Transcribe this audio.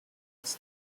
биз